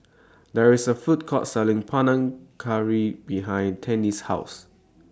There IS A Food Court Selling Panang Curry behind Tinnie's House